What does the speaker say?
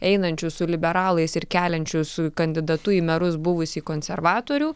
einančius su liberalais ir keliančius kandidatu į merus buvusį konservatorių